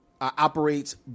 operates